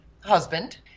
husband